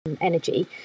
energy